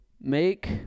make